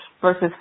versus